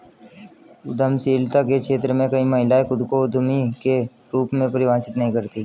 उद्यमशीलता के क्षेत्र में कई महिलाएं खुद को उद्यमी के रूप में परिभाषित नहीं करती